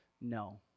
no